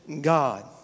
God